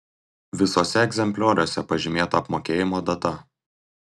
visuose egzemplioriuose pažymėta apmokėjimo data